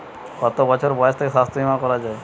কত বছর বয়স থেকে স্বাস্থ্যবীমা করা য়ায়?